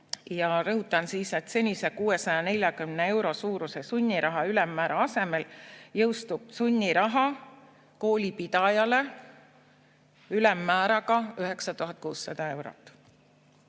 Ja rõhutan, et senise 640 euro suuruse sunniraha ülemmäära asemel jõustub sunniraha kooli pidajale ülemmääraga 9600 eurot.